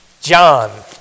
John